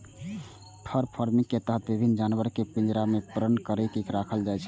फर farming के तहत विभिन्न जानवर कें पिंजरा मे बन्न करि के राखल जाइ छै